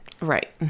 Right